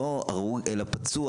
לא הרוג אלא פצוע,